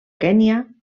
kenya